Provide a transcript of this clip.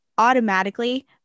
automatically